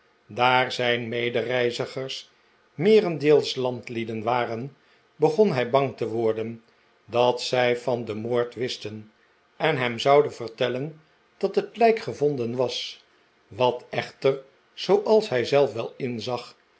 daar zijn medereizigers meerendeels landlieden waren begon hij bang te worden dat zij van den moord wisten en hem zouden vertellen dat het lijk gevonden was wat echter zooals hij zelf wel inzag